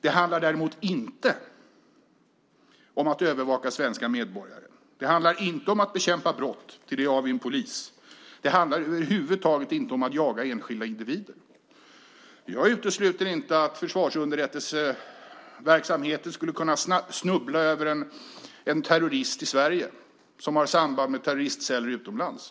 Det handlar däremot inte om att övervaka svenska medborgare. Det handlar inte om att bekämpa brott, för till det har vi polisen. Det handlar över huvud taget inte om att jaga enskilda individer. Jag utesluter inte att försvarsunderrättelseverksamheten skulle kunna snubbla över en terrorist i Sverige som har samband med terroristceller utomlands.